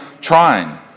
trying